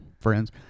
friends